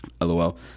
lol